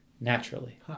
naturally